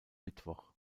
mittwoch